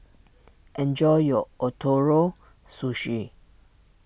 enjoy your Ootoro Sushi